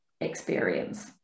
experience